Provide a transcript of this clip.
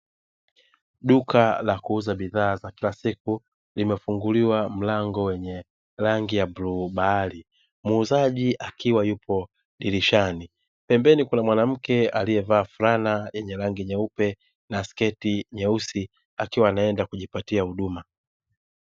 Duka la kuuza bidhaa za kila siku limefunguliwa mlango wenye rangi ya bluu bahari. Muuzaji akiwa yupo dirishani pembeni kuna mwanamke aliyevalia flana yenye rangi nyeupe na sketi nyeusi akiwa anaenda kujipatia huduma.